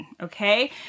Okay